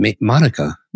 Monica